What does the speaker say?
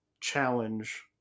challenge